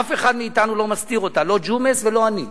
אף אחד מאתנו לא מסתיר אותה, לא ג'ומס ולא אני.